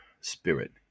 spirit